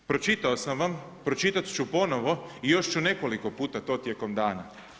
Pročitao sam vam, pročitat ću ponovno i još ću nekoliko puta to tijekom dana.